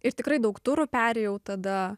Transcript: ir tikrai daug turų perėjau tada